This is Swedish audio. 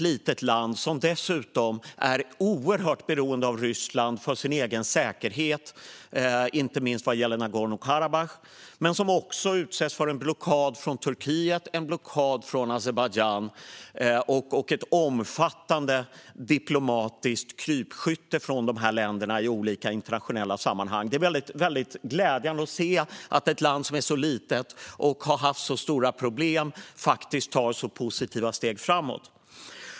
Armenien är dessutom oerhört beroende av Ryssland för sin egen säkerhet, inte minst vad gäller Nagorno-Karabach. Man utsätts också för blockad från Turkiet och Azerbajdzjan och ett omfattande diplomatiskt krypskytte från dessa länder i olika internationella sammanhang. Det är väldigt glädjande att ett land som är så litet och har haft så stora problem ändå tar så positiva steg framåt.